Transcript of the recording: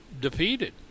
defeated